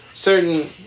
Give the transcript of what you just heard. certain